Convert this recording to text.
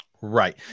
Right